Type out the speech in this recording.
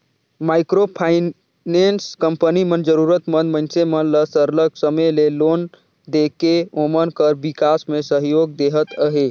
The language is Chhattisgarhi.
माइक्रो फाइनेंस कंपनी मन जरूरत मंद मइनसे मन ल सरलग समे में लोन देके ओमन कर बिकास में सहयोग देहत अहे